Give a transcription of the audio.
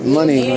money